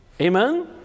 Amen